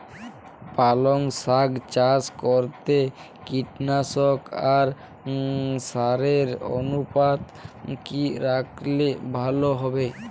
পালং শাক চাষ করতে কীটনাশক আর সারের অনুপাত কি রাখলে ভালো হবে?